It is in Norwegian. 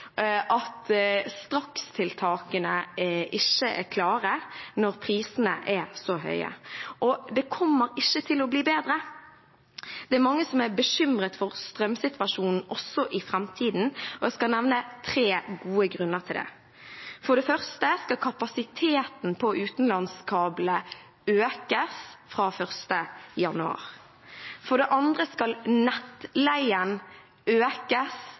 at strakstiltakene ikke er klare når prisene er så høye. Og det kommer ikke til å bli bedre. Det er mange som er bekymret for strømsituasjonen også i framtiden, og jeg skal nevne tre gode grunner til det: For det første skal kapasiteten på utenlandskablene økes fra 1. januar. For det andre skal nettleien økes